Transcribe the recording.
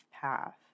path